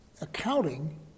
accounting